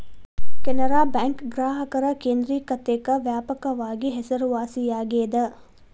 Canara bank ಗ್ರಾಹಕರ ಕೇಂದ್ರಿಕತೆಕ್ಕ ವ್ಯಾಪಕವಾಗಿ ಹೆಸರುವಾಸಿಯಾಗೆದ